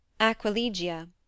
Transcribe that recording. aquilegia